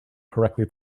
correctly